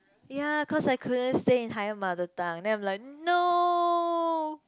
ya cause I couldn't stay in higher mother tongue then I'm like no